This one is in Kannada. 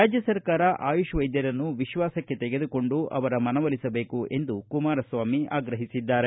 ರಾಜ್ಯ ಸರ್ಕಾರ ಆಯುಷ್ ವೈದ್ಯರನ್ನು ವಿಶ್ವಾಸಕ್ಕೆ ತೆಗೆದುಕೊಂಡು ಅವರ ಮನವೊಲಿಸಬೇಕು ಎಂದು ಕುಮಾರಸ್ವಾಮಿ ಒತ್ತಾಯಿಸಿದ್ದಾರೆ